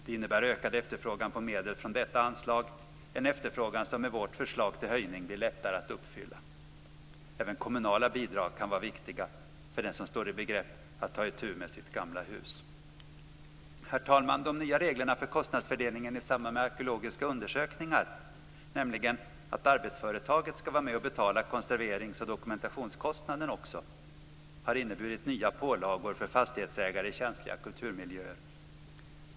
Det innebär ökad efterfrågan på medel från detta anslag, en efterfrågan som med vårt förslag till höjning blir lättare att uppfylla. Även kommunala bidrag kan vara viktiga för den som står i begrepp att ta itu med sitt gamla hus. Herr talman! De nya reglerna för kostnadsfördelningen i samband med arkeologiska undersökningar, nämligen att arbetsföretaget ska vara med och betala konserverings och dokumentationskostnaden också, har inneburit nya pålagor för fastighetsägare i känsliga kulturmiljöer.